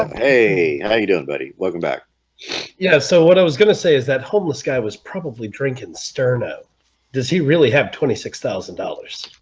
hey, how you doing buddy welcome back yeah, so what i was gonna say is that homeless guy was probably drinking sterno does he really have twenty six thousand dollars